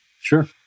Sure